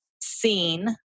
seen